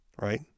Right